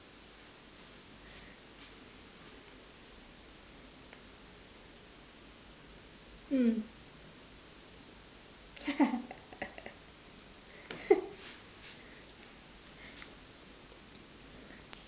mm